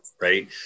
right